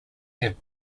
have